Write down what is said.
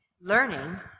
Learning